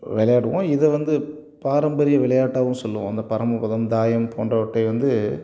விளையாடுவோம் இதை வந்து பாரம்பரிய விளையாட்டாகவும் சொல்லுவோம் அந்த பரமபதம் தாயம் போன்றவற்றை வந்து